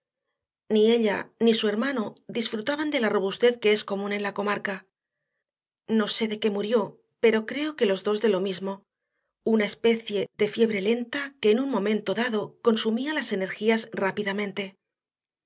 ni ella ni su hermano disfrutaban de la robustez que es común en la comarca no sé de qué murió pero creo que los dos de lo mismo una especie de fiebre lenta que en un momento dado consumía las energías rápidamente